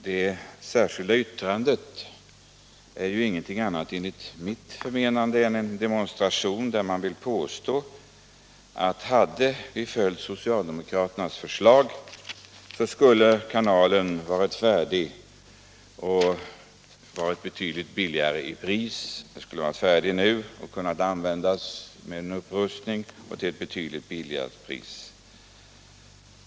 Det särskilda yttrandet är enligt mitt förmenande ingenting annat än en demonstration, där man vill påstå att om vi hade följt socialdemokraternas förslag skulle kanalen nu varit färdig för användning efter en upprustning till ett betydligt billigare pris.